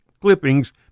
clippings